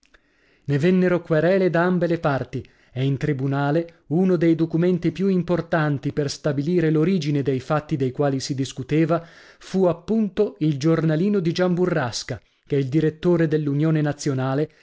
ne vennero querele da ambe le parti e in tribunale uno dei documenti più importanti per stabilire l'origine dei fatti dei quali si discuteva fu appunto il giornalino di gian burrasca che il direttore dell'unione nazionale